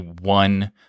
one